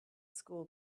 school